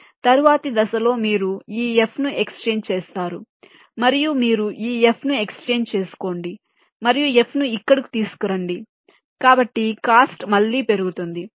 కాబట్టి తరువాతి దశలో మీరు ఈ f ను ఎక్స్చేంజ్ చేస్తారు మరియు మీరు ఈ f ను ఎక్స్చేంజ్ చేసుకోండి మరియు f ను ఇక్కడకు తీసుకురండి కాబట్టి కాస్ట్ మళ్ళీ పెరుగుతుంది